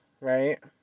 right